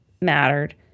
mattered